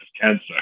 cancer